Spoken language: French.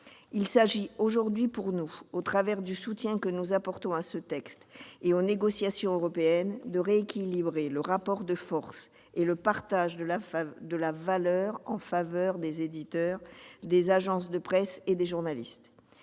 Il s'agit aujourd'hui pour nous, à travers le soutien que nous apportons à ce texte et aux négociations européennes, de rééquilibrer le rapport de force et le partage de la valeur en faveur des éditeurs, des agences de presse et des journalistes.